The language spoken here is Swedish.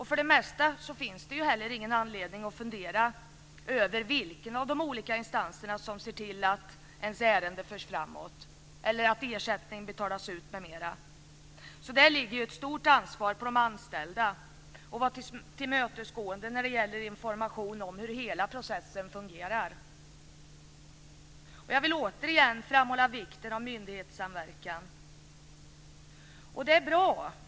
För det mesta finns det ingen anledning att fundera över vilken av de olika instanserna som ser till att ens ärende förs framåt, att ersättning betalas ut m.m. Det ligger alltså ett stort ansvar på de anställda att vara tillmötesgående när det gäller information om hur hela processen fungerar. Återigen vill jag framhålla vikten av myndighetssamverkan, som är bra.